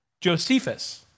Josephus